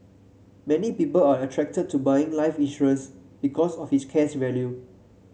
many people are attracted to buying life insurance because of its cash value